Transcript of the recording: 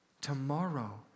Tomorrow